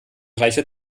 reiche